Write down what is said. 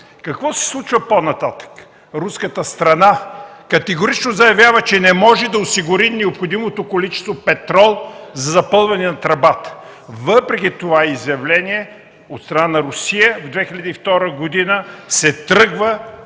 Какво се случва по-нататък? Руската страна категорично заявява, че не може да осигури необходимото количество петрол за запълване на тръбата. Въпреки това изявление от страна на Русия, 2002 г. се тръгва